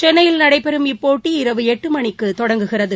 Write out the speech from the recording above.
சென்னையில் நடைபெறும் இப்போட்டி இரவு எட்டு மணிக்கு தொடங்குகிறது